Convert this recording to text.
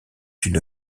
une